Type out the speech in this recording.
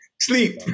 Sleep